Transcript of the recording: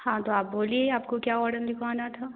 हाँ तो आप बोलिए आपको क्या ऑर्डर लिखवाना था